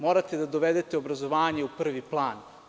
Morate da dovedete obrazovanje u prvi plan.